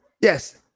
Yes